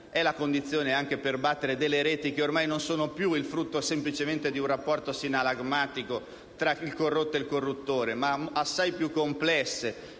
la condizione anche per sconfiggere reti che ormai non sono più il frutto semplicemente di un rapporto sinallagmatico tra corrotto e corruttore, ma sono assai più complesse